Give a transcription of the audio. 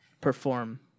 perform